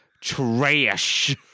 trash